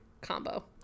combo